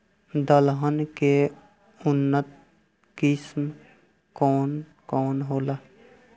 दलहन के उन्नत किस्म कौन कौनहोला?